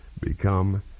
become